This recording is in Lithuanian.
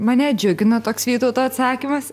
mane džiugina toks vytauto atsakymas